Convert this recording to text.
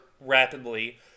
rapidly